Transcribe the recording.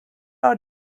are